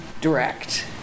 direct